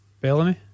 Bellamy